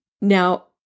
Now